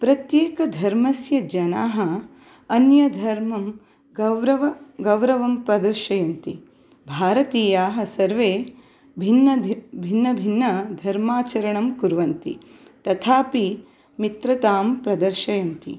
प्रत्येकधर्मस्य जनाः अन्यधर्मं गौरव गौरवं प्रदर्शयन्ति भारतीयाः सर्वे भिन्न भिन्नभिन्नधर्माचरणं कुर्वन्ति तथापि मित्रतां प्रदर्शयन्ति